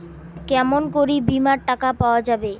কেমন করি বীমার টাকা পাওয়া যাবে?